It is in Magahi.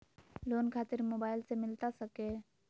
लोन खातिर मोबाइल से मिलता सके?